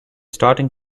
starting